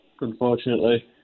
unfortunately